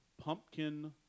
pumpkin